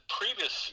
previous